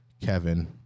Kevin